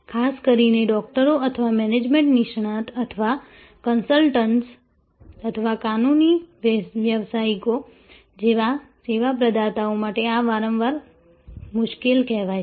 ખાસ કરીને ડોકટરો અથવા મેનેજમેન્ટ નિષ્ણાત અથવા કન્સલ્ટન્ટ્સ અથવા કાનૂની વ્યાવસાયિકો જેવા સેવા પ્રદાતાઓ માટે આ વારંવાર મુશ્કેલ કહેવાય છે